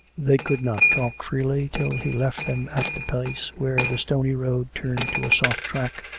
they could not talk freely till he left them at the place where the stony road turned to a soft track,